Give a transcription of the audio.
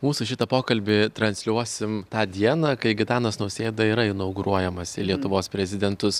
mūsų šitą pokalbį transliuosim tą dieną kai gitanas nausėda yra inauguruojamas į lietuvos prezidentus